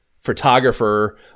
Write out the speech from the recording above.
photographer